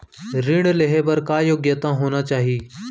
ऋण लेहे बर का योग्यता होना चाही?